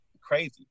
crazy